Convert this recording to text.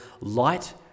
light